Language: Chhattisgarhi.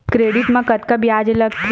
क्रेडिट मा कतका ब्याज लगथे?